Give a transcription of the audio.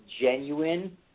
genuine